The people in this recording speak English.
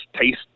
taste